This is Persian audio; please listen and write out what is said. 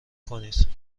کنید